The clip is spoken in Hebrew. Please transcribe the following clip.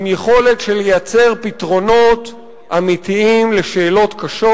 עם יכולת לייצר פתרונות אמיתיים לשאלות קשות.